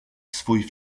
swój